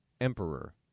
emperor